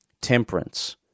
Temperance